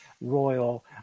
royal